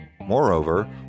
Moreover